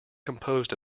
composed